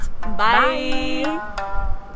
bye